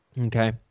Okay